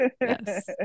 Yes